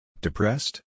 Depressed